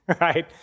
right